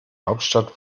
hauptstadt